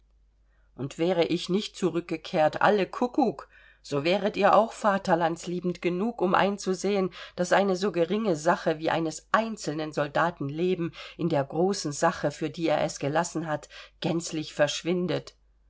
und wäre ich nicht zurückgekehrt alle kuckuck so waret ihr auch vaterlandsliebend genug um einzusehen daß eine so geringe sache wie eines einzelnen soldaten leben in der großen sache für die er es gelassen hat gänzlich verschwindet